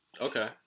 Okay